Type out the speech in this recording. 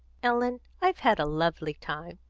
ellen, i've had a lovely time!